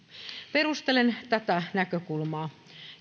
perustelen tätä näkökulmaa